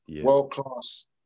world-class